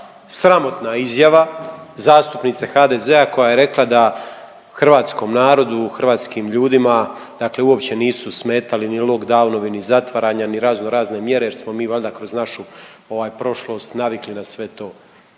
sramotna izjava zastupnice HDZ-a koja je rekla da hrvatskom narodu, hrvatskim ljudima dakle uopće nisu smetali ni lock downovi ni zatvaranja ni razno razne mjere jer smo mi valjda kroz našu, ovaj prošlost navikli na sve to.